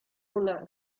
una